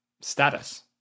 status